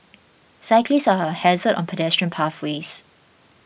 cyclists are a hazard on pedestrian pathways